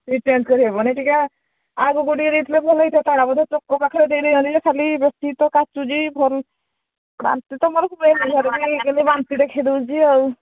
seat change କରିହେବନି ଟିକିଏ ଆଗକୁ ଟିକେ ଦେଇଥିଲେ ଭଲ ହୋଇଥାନ୍ତା ପାଖରେ ଦେଇଦେଇଛନ୍ତି ଯେ ଖାଲି ବେଶୀ ତ କାଚୁଛି ଭଲ ବାନ୍ତି ତ ମୋର ହୁଏନି ବାନ୍ତି ଦେଖେଇ ଦେଉଛି ଆଉ